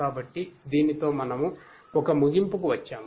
కాబట్టి దీనితో మనము ఒక ముగింపుకు వచ్చాము